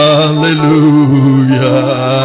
Hallelujah